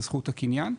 בזכות הקניין.